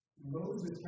Moses